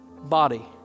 Body